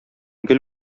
гөл